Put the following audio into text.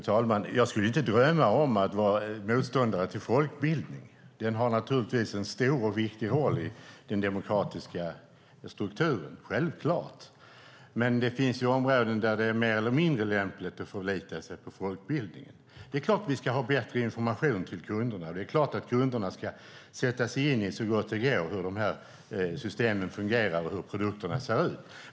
Fru talman! Jag skulle inte drömma om att vara motståndare till folkbildning. Den har naturligtvis en stor och viktig roll i den demokratiska strukturen - självklart. Men det finns områden där det är mer eller mindre lämpligt att förlita sig på folkbildningen. Det är klart att vi ska ha bättre information till kunderna. Det är klart att kunderna, så gott det går, ska sätta sig in i hur de här systemen fungerar och hur produkterna ser ut.